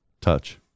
touch